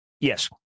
Yes